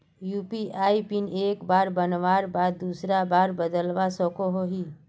UPI PIN एक बार बनवार बाद दूसरा बार बदलवा सकोहो ही?